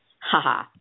haha